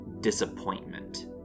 disappointment